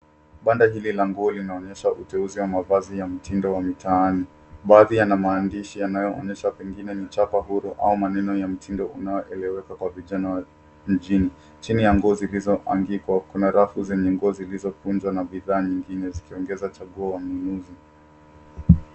Banda hili la nguo linaonyesha uteuzi wa mavazi ya mtindo wa mitaani. Baadhi yana maandishi yanayoonyesha pengine ni chapa huru au maneno ya mtindo unaoeleweka kwa vijana mjini. Chini ya nguo zilizoangikwa kuna rafu zenye nguo zilizokunjwa na bidhaa nyingine zikiongeza chaguo wa mnunuzi.